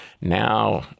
now